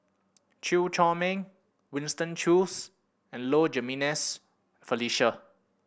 Chew Chor Meng Winston Choos and Low Jimenez Felicia